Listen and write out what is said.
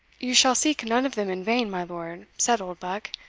you shall seek none of them in vain, my lord, said oldbuck,